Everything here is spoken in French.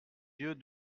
yeux